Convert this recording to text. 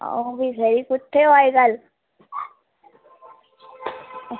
अ'ऊं ते खरी कुत्थै अजकल